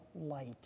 light